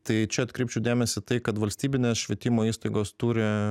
tai čia atkreipčiau dėmesį į tai kad valstybinės švietimo įstaigos turi